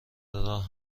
راه